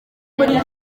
muri